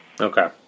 Okay